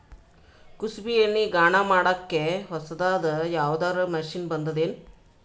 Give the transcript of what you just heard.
ಕುಸುಬಿ ಎಣ್ಣೆ ಗಾಣಾ ಮಾಡಕ್ಕೆ ಹೊಸಾದ ಯಾವುದರ ಮಷಿನ್ ಬಂದದೆನು?